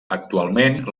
actualment